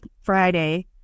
Friday